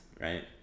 right